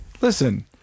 listen